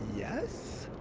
yes?